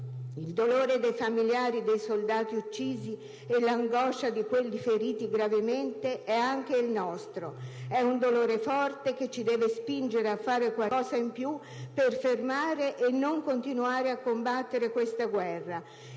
Il dolore dei familiari dei soldati uccisi e l'angoscia di quelli feriti gravemente è anche il nostro. È un dolore forte, che ci deve spingere a fare qualcosa in più per fermare e non continuare a combattere questa guerra.